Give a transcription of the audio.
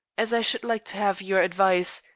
as i should like to have your advice,